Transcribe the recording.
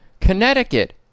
Connecticut